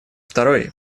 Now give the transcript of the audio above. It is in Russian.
второй